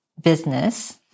business